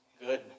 good